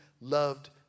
loved